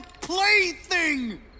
plaything